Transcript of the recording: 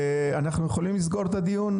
אנחנו יכולים לסגור את הדיון?